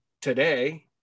today